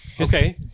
Okay